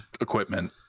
equipment